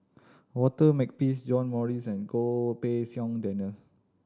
Walter Makepeace John Morrice and Goh Pei Siong Daniel